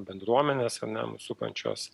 bendruomenės na mus supančios